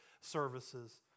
services